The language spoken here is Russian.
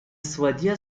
сводя